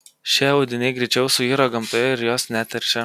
šie audiniai greičiau suyra gamtoje ir jos neteršia